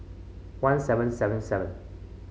one seven seven seven